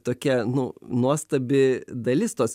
tokia nu nuostabi dalis tos